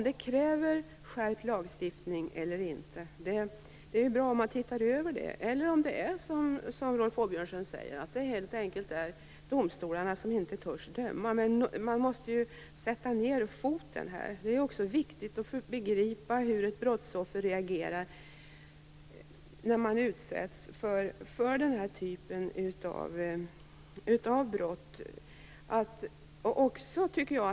Det är bra att man tittar över om det kräver skärpt lagstiftning eller inte, eller om det är som Rolf Åbjörnsson säger, att domstolarna helt enkelt inte törs döma. Man måste sätta ned foten. Det är viktigt att begripa hur ett brottsoffer reagerar som utsätts för den här typen av brott.